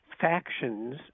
factions